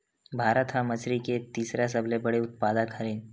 भारत हा मछरी के तीसरा सबले बड़े उत्पादक हरे